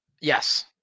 Yes